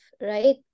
right